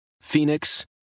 Phoenix